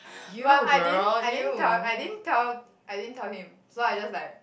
but I didn't I didn't tell I didn't tell I didn't tell him so I just like